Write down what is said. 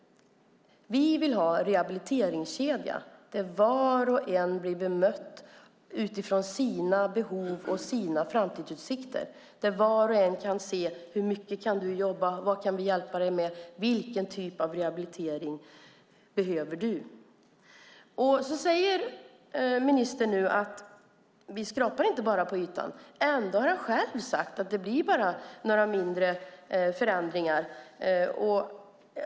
Vi vill ha en rehabiliteringskedja där var och en blir bemött utifrån sina behov och sina framtidsutsikter, där man frågar: Hur mycket kan du jobba? Vad kan vi hjälpa dig med? Vilken typ av rehabilitering behöver du? Ministern säger nu: Vi skrapar inte bara på ytan. Ändå har han själv sagt att det bara blir några mindre förändringar.